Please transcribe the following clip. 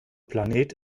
planet